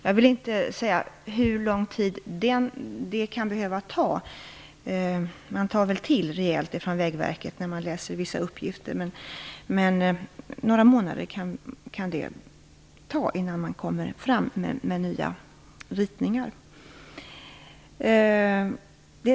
Jag vill inte säga hur lång tid det kan behöva ta; när man läser vissa uppgifter kan man få intrycket att Vägverket tar till rejält, men några månader kan det kanske ta att få fram nya ritningar.